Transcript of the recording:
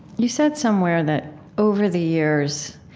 you said somewhere that over the years,